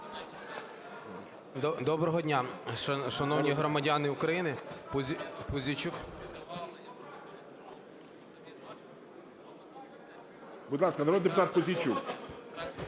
Доброго дня, шановні громадяни України! Пузійчук… ГОЛОВУЮЧИЙ. Будь ласка, народний депутат Пузійчук.